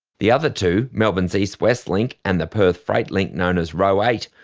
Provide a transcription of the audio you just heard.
the other two, melbourne's east west link, and the perth freight link, known as roe eight,